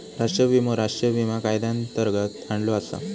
राष्ट्रीय विमो राष्ट्रीय विमा कायद्यांतर्गत आणलो आसा